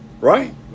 Right